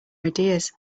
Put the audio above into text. ideas